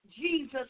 Jesus